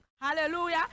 Hallelujah